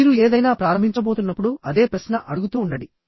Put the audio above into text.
మీరు ఏదైనా ప్రారంభించబోతున్నప్పుడు అదే ప్రశ్న అడుగుతూ ఉండండి